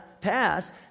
pass